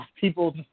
people